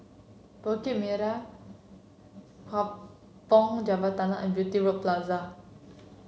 Bukit Kampong Java Tunnel and Beauty World Plaza